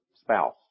spouse